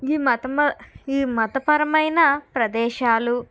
ఈ మతమ ఈ మతపరమైన ప్రదేశాలు